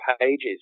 pages